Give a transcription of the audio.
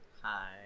Hi